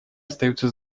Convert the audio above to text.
остаются